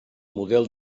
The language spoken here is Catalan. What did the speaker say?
model